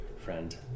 friend